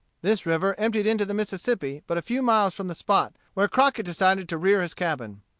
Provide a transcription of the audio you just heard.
this river emptied into the mississippi but a few miles from the spot where crockett decided to rear his cabin.